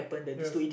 yes